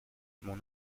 mon